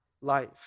life